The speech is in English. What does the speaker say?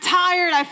tired